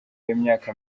w’imyaka